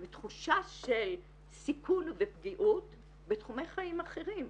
ותחושה של סיכון ופגיעות בתחומי חיים אחרים,